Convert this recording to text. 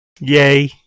Yay